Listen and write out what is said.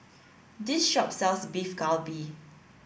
this shop sells Beef Galbi